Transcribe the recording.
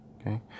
Okay